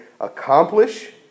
accomplish